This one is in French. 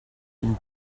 une